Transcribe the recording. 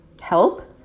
help